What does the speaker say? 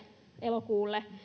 elokuulle